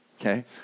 okay